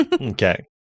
Okay